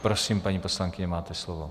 Prosím, paní poslankyně, máte slovo.